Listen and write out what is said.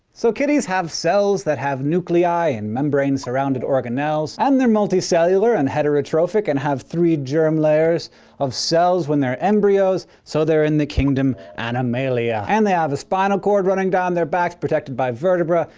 so, kitties have cells that have nuclei and membrane surrounded organelles. and they're multicellular and heterotrophic and have three germ layers of cells when they're embryos, so they're in the kingdom animalia. and they have a spinal cord running down their backs, protected by vertebrae,